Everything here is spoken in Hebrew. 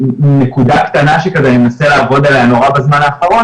נקודה קטנה שכזה אני מנסה לעבוד עליה נורא בזמן האחרון